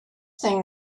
thing